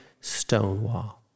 stonewall